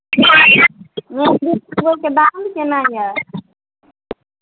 मेहदी लगबैके दाम केना यऽ